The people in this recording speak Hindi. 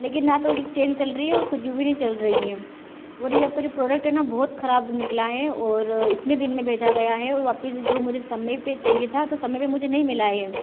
लेकिन ना तो चैन चल रही है और कुछ भी नहीं चल रही हैं और ये आपका जो प्रोडक्ट है ना बहुत खराब निकला है और इतने दिन में भेजा गया है और वापिस जो मुझे समय पर चाहिए था तो समय पर मुझे नहीं मिला है ये